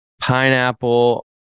pineapple